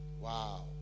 Wow